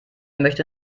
möchte